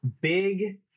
Big